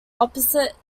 opposite